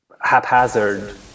haphazard